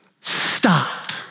Stop